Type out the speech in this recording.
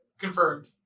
Confirmed